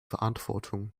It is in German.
verantwortung